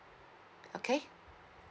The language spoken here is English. okay